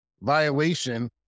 violation